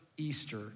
Easter